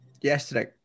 yesterday